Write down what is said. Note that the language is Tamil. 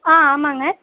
ஆ ஆமாங்க